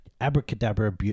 abracadabra